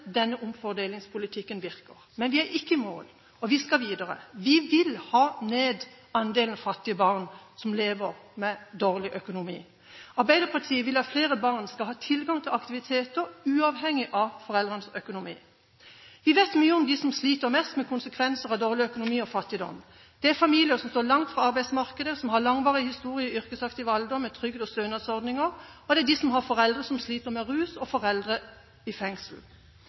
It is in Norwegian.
virker. Men vi er ikke i mål – vi skal videre. Vi vil ha ned andelen fattige barn som lever med dårlig økonomi. Arbeiderpartiet vil at flere barn skal ha tilgang til aktiviteter, uavhengig av foreldrenes økonomi. Vi vet mye om dem som sliter mest som konsekvens av dårlig økonomi og fattigdom. Det er familier som står langt fra arbeidsmarkedet, og som har lang historie med trygd og stønadsordninger i yrkesaktiv alder, og det er de som har foreldre som sliter med rus, og foreldre i fengsel.